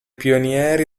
pionieri